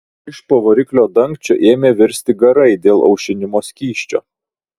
iš po variklio dangčio ėmė virsti garai dėl aušinimo skysčio